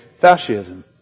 fascism